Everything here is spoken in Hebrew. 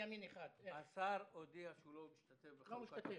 השר הודיע שהוא לא משתתף.